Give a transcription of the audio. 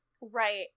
Right